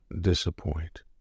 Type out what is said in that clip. disappoint